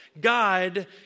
God